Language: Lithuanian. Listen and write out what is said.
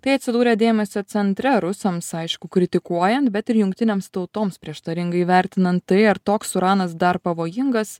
tai atsidūrė dėmesio centre rusams aišku kritikuojant bet ir jungtinėms tautoms prieštaringai vertinant tai ar toks uranas dar pavojingas